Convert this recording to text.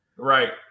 Right